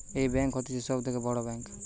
এই ব্যাঙ্ক হতিছে সব থাকে বড় ব্যাঙ্ক